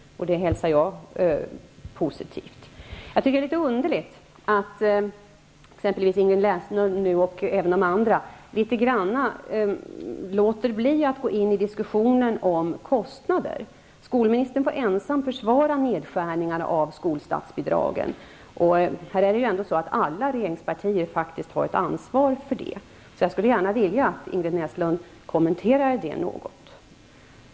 Det hälsar jag positivt. Jag tycker att det är litet underligt att exempelvis Ingrid Näslund, och även andra, låter bli att gå in i diskussionen om kostnader. Skolministern får ensam försvara nedskärningarna av skolstatsbidragen. Här har ju faktiskt alla regeringspartier ett ansvar. Jag skulle gärna vilja att Ingrid Näslund kommenterade det något.